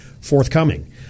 forthcoming